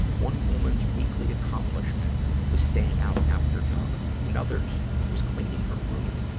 one woman's weekly accomplishment was staying out after dark. another's was cleaning her room.